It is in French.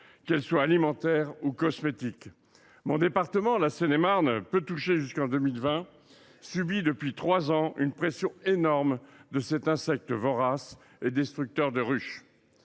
qu’elles soient alimentaires ou cosmétiques. Mon département, la Seine et Marne, peu touché jusqu’en 2020, subit depuis trois ans une pression énorme de cet insecte vorace et destructeur de ruches.